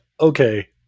okay